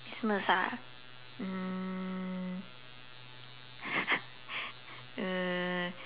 business ah mm err